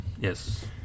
Yes